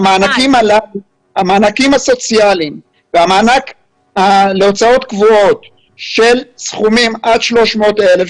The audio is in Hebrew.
המענקים הסוציאליים והמענק להוצאות קבועות של סכומים עד 300,000,